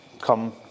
Come